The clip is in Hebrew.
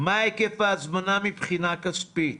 מה היקף ההזמנה מבחינה כספית